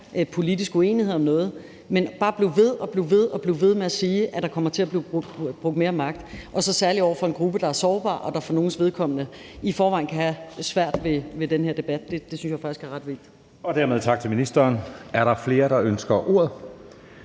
politisk uenighed om noget, men bare at blive ved og blive ved med at sige, at der kommer til at blive brugt mere magt – og så særlig over for en gruppe, der er sårbar, og som for nogles vedkommende i forvejen kan have svært ved den her debat – synes jeg faktisk er ret vildt. Kl. 12:08 Anden næstformand (Jeppe Søe): Dermed tak til ministeren. Er der flere, der ønsker ordet?